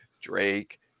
Drake